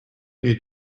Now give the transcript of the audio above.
need